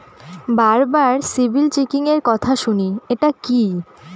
বারবার সিবিল চেকিংএর কথা শুনি এটা কি?